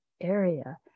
area